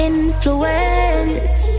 Influence